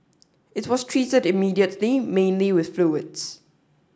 it was treated immediately mainly with fluids